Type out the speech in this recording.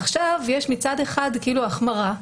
עכשיו יש מצד אחד כאילו החמרה,